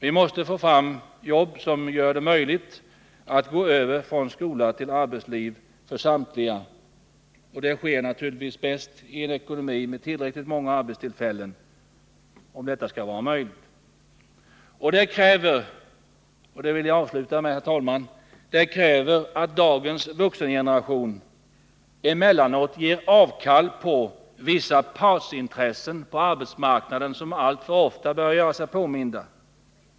Vi måste få fram jobb som gör det möjligt för samtliga ungdomar att gå över från skola till arbetsliv. Det är enbart i en ekonomi med tillräckligt många arbetstillfällen som detta är möjligt. Det kräver — det vill jag avsluta med — att dagens vuxengeneration emellanåt ger avkall på vissa partsintressen på arbetsmarknaden som alltför ofta gör sig påminda.